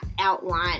outline